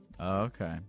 Okay